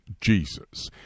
Jesus